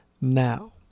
now